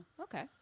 okay